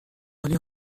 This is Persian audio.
عالی